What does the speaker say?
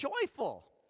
joyful